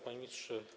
Panie Ministrze!